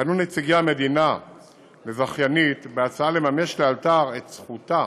פנו נציגי המדינה אל הזכיינית בהצעה לממש לאלתר את זכותה